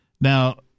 Now